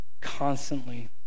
constantly